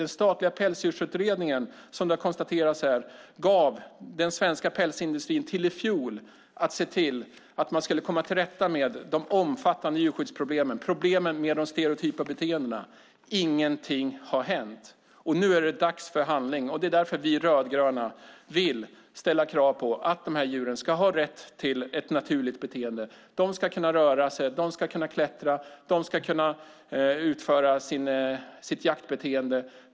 Den statliga pälsdjursutredningen gav, som det har konstaterats här, den svenska pälsindustrin till i fjol att se till att komma till rätta med de omfattande djurskyddsproblemen och problemen med de stereotypa beteendena. Ingenting har hänt. Nu är det dags för handling. Det är därför vi rödgröna vill ställa krav på att de här djuren ska ha rätt till ett naturligt beteende. De ska kunna röra sig. De ska kunna klättra. De ska kunna utföra sitt jaktbeteende.